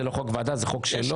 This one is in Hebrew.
זה לא חוק ועדה, זה חוק שלו.